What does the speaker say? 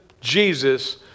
Jesus